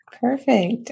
Perfect